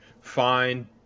fine